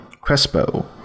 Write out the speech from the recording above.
Crespo